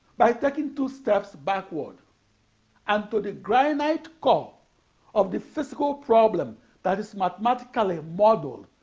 by taking two steps backward and to the granite core of the physical problem that is mathematically modeled,